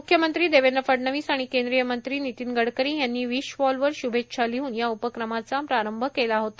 म्ख्यमंत्री देवेंद्र फडणवीस आणि केंद्रीय मंत्री नितीन गडकरी यांनी विश वॉलवर श्भेच्छा लिह्न या उपक्रमाचा प्रारंभ केला होता